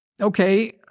Okay